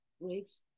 breaks